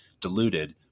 diluted